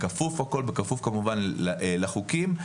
בכפוף כמובן לחוקים.